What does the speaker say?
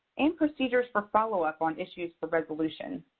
and procedures for follow-up on issues for resolution.